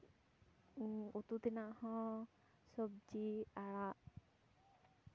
ᱩᱛᱩ ᱛᱮᱱᱟᱜ ᱦᱚᱸ ᱥᱚᱵᱽᱡᱤ ᱟᱜ